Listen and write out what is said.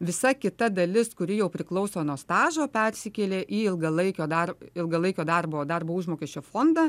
visa kita dalis kuri jau priklauso nuo stažo persikėlė į ilgalaikio dar ilgalaikio darbo darbo užmokesčio fondą